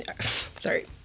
Sorry